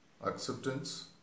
Acceptance